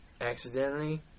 accidentally